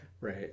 Right